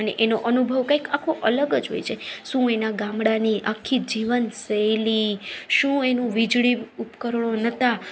અને એનો અનુભવ કંઈક આખો અલગ જ હોય છે શું એના ગામડાની આખી જીવનશૈલી શું એનું વીજળી ઉપકરણો નહોતા